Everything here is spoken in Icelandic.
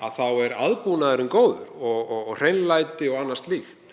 Gasa er aðbúnaðurinn góður og hreinlæti og annað slíkt.